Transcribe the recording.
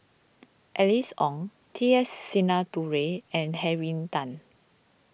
Alice Ong T S Sinnathuray and Henry Tan